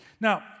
Now